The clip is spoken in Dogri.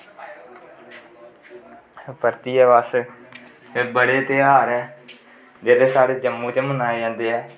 परतियै बस फिर बड़े तेहार ऐ जेह्ड़े साढ़े जम्मू च मनाए जंदे ऐ